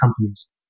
companies